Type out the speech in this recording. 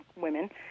women